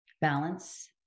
balance